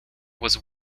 was